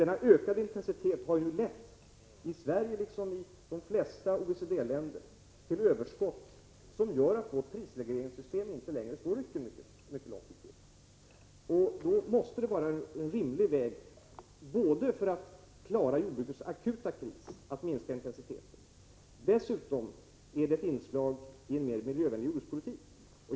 Den ökade intensiteten har i Sverige, liksom i de flesta OECD-länder, lett till överskott som gör att vårt prisregleringssystem inte står rycken mycket längre till. Då måste det vara en : rimlig väg att minska intensiteten för att klara jordbrukets akuta kris. Dessutom är det ett inslag i en mera miljövänlig jordbrukspolitik.